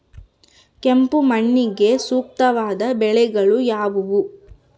ಕೆಂಪು ಮಣ್ಣಿಗೆ ಸೂಕ್ತವಾದ ಬೆಳೆಗಳು ಯಾವುವು?